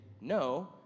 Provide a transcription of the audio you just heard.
no